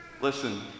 Listen